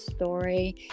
story